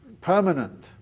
permanent